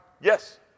Yes